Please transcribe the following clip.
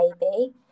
baby